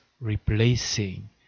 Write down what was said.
replacing